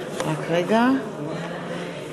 (קוראת בשמות חברי הכנסת)